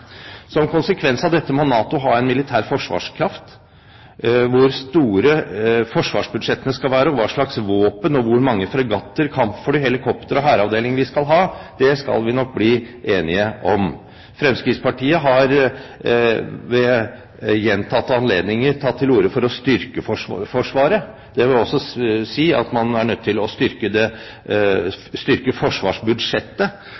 Som en konsekvens av dette må NATO ha en militær forsvarskraft. Hvor store forsvarsbudsjettene skal være, hva slags våpen og hvor mange fregatter, kampfly, helikoptre og hæravdelinger vi skal ha, skal vi nok bli enige om. Fremskrittspartiet har ved gjentatte anledninger tatt til orde for å styrke forsvaret. Jeg vil også si at man er nødt til å styrke forsvarsbudsjettet. Men det